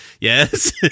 yes